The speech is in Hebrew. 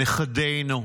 נכדינו.